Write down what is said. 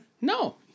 No